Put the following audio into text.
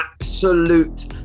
absolute